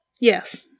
Yes